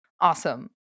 awesome